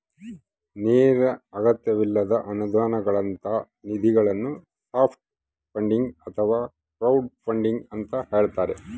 ನೇರ ಅಗತ್ಯವಿಲ್ಲದ ಅನುದಾನಗಳಂತ ನಿಧಿಗಳನ್ನು ಸಾಫ್ಟ್ ಫಂಡಿಂಗ್ ಅಥವಾ ಕ್ರೌಡ್ಫಂಡಿಂಗ ಅಂತ ಹೇಳ್ತಾರ